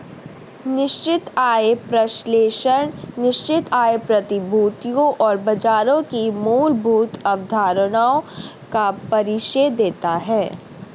निश्चित आय विश्लेषण निश्चित आय प्रतिभूतियों और बाजारों की मूलभूत अवधारणाओं का परिचय देता है